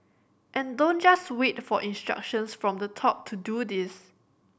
and don't just wait for instructions from the top to do this